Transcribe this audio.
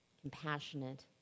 compassionate